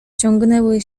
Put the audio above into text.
ciągnęły